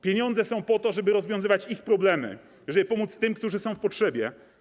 Pieniądze są po to, żeby rozwiązywać ich problemy, żeby pomóc tym, którzy są w potrzebie.